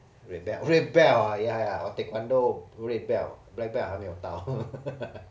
red belt red belt ah ya I taekwondo red belt black belt 还没有到